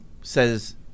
says –